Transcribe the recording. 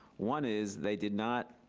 one is they did not